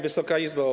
Wysoka Izbo!